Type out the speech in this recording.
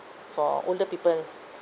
for older people